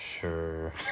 Sure